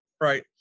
Right